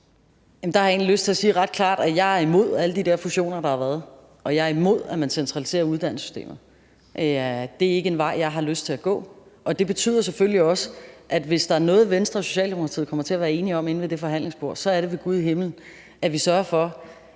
jeg er imod alle de der fusioner, der har været, og jeg er imod, at man centraliserer uddannelsessystemet. Det er ikke en vej, jeg har lyst til at gå. Det betyder selvfølgelig også, at hvis der er noget, Venstre og Socialdemokratiet kommer til at være enige om inde ved det forhandlingsbord, er det ved Gud i himlen, at vi sørger for,